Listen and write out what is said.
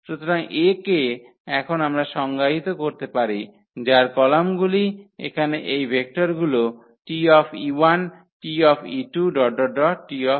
সুতরাং A কে এখন আমরা সংজ্ঞায়িত করতে পারি যার কলামগুলি এখানে এই ভেক্টরগুলো T TT